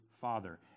Father